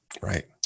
right